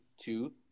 two